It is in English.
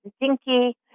Dinky